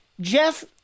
Jeff